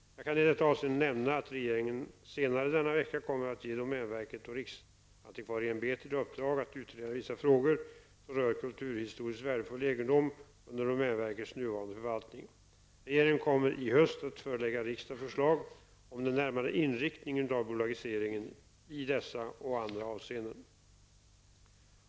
Jag kan i detta avseende nämna att regeringen senare denna vecka kommer att ge domänverket och riksantikvarieämbetet i uppdrag att utreda vissa frågor som rör kulturhistoriskt värdefull egendom under domänverkets nuvarande förvaltning. Regeringen kommer i höst att förelägga riksdagen förslag om den närmare inriktningen av bolagiseringen i dessa och andra avseenden.